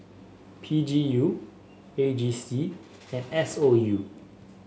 P G U A G C and S O U